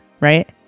right